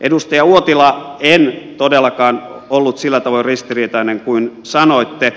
edustaja uotila en todellakaan ollut sillä tavoin ristiriitainen kuin sanoitte